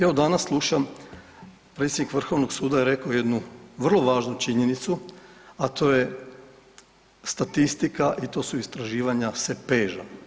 Evo danas slušam, predsjednik vrhovnog suda je reko jednu vrlo važnu činjenicu, a to je statistika i to su istraživanja SEPEŽ-a.